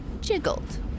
jiggled